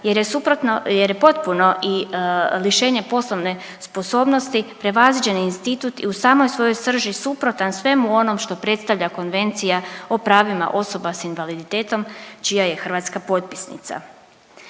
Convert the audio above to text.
jer je potpuno lišenje poslovne sposobnosti prevaziđen institut i u samoj svojoj srži suprotan svemu onom što predstavlja Konvencija o pravima osoba sa invaliditetom čija je Hrvatska potpisnica.